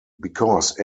because